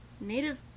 native